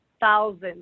thousands